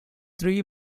three